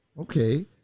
Okay